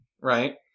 right